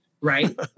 right